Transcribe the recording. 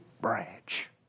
branch